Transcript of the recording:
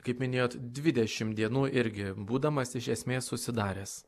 kaip minėjot dvidešim dienų irgi būdamas iš esmės užsidaręs